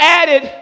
added